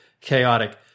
chaotic